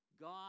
God